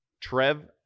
Trev